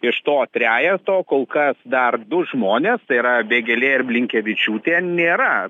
iš to trejeto kol kas dar du žmonės tai yra vėgėlė ir blinkevičiūtė nėra